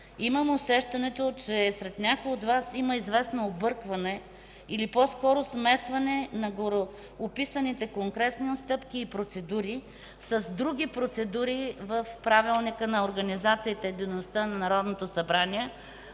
Имам усещането, че сред някои от Вас има известно объркване или по-скоро смесване на гореописани конкретни стъпки и процедури с други процедури в Правилника за организацията и дейността на Народното събрание,